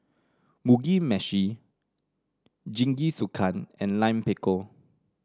Mugi Meshi Jingisukan and Lime Pickle